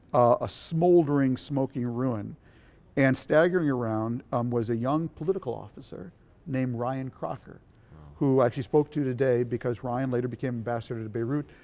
a smouldering smoking ruin and staggering around um was a young political officer named ryan crocker who i actually spoke to today because ryan later became ambassador to beirut,